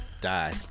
die